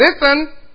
Listen